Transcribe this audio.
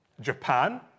Japan